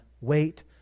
wait